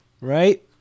right